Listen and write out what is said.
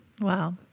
Wow